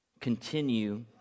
continue